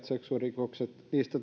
seksuaalirikoksista